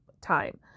time